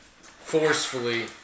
Forcefully